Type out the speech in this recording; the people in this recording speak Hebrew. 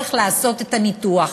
צריך לעשות את הניתוח.